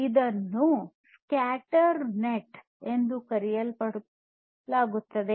ಇದನ್ನು scatter nets ಎಂದು ಕರೆಯಲಾಗುತ್ತದೆ